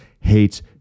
hates